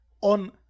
On